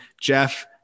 Jeff